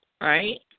right